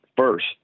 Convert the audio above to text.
first